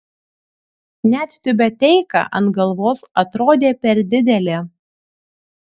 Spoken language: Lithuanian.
net tiubeteika ant galvos atrodė per didelė